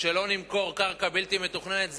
שלא נמכור קרקע בלתי מתוכננת,